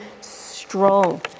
strong